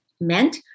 meant